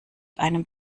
einem